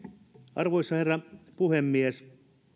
arvoisa herra puhemies